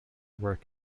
work